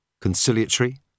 Conciliatory